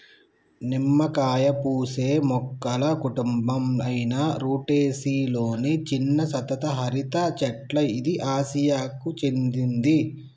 నిమ్మకాయ పూసే మొక్కల కుటుంబం అయిన రుటెసి లొని చిన్న సతత హరిత చెట్ల ఇది ఆసియాకు చెందింది